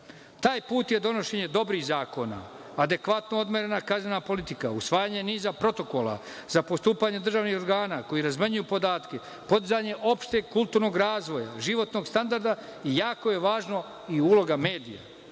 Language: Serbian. Taj put je donošenje dobrih zakona, adekvatno odmerena kaznena politika, usvajanje niza protokola sa postupanjem državnih organa koji razmenjuju podatke, podizanje opšteg kulturnog razvoja, životnog standarda i jako je važno i uloga medija.